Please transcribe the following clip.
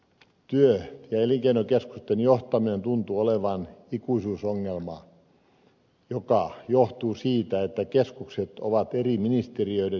työ ja elinkeinokeskusten johtaminen tuntuu olevan ikuisuusongelma mikä johtuu siitä että keskukset ovat eri ministeriöiden johtamisjärjestelmien osia